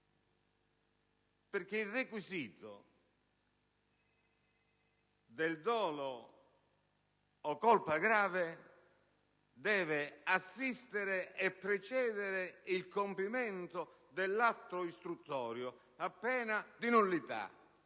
perché il requisito del dolo o colpa grave deve assistere e precedere il compimento dell'atto istruttorio a pena di nullità,